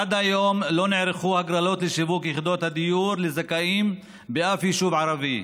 עד היום לא נערכו הגרלות לשיווק יחידות הדיור לזכאים באף יישוב ערבי.